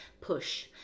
Push